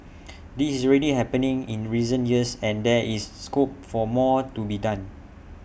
this is already happening in recent years and there is scope for more to be done